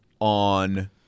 on